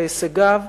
להישגיו,